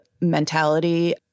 mentality